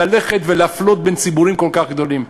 ולהפלות ציבורים כל כך גדולים?